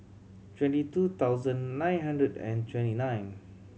twenty two thousand nine hundred and twenty nine